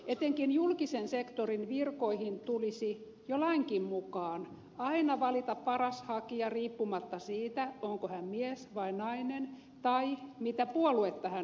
etenkin julkisen sektorin virkoihin tulisi jo lainkin mukaan aina valita paras hakija riippumatta siitä onko hän mies vai nainen tai mitä puoluetta hän edustaa